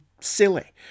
silly